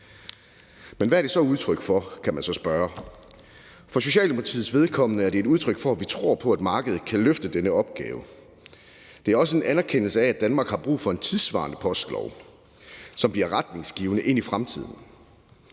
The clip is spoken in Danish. Men hvad er det så udtryk for? kan man så spørge. For Socialdemokratiets vedkommende er det et udtryk for, at vi tror på, at markedet kan løfte denne opgave, og det er også en anerkendelse af, at Danmark har brug for en tidssvarende postlov, som bliver retningsgivende ind i fremtiden.